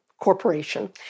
corporation